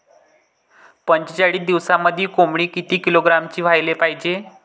पंचेचाळीस दिवसामंदी कोंबडी किती किलोग्रॅमची व्हायले पाहीजे?